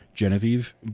Genevieve